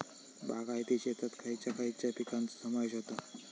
बागायती शेतात खयच्या खयच्या पिकांचो समावेश होता?